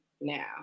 now